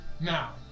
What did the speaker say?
Now